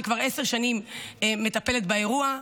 שכבר עשר שנים מטפלת באירוע,